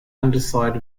underside